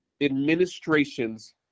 administrations